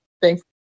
thank